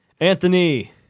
Anthony